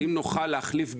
האם נוכל להחליף גידולים?